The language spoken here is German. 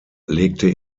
legte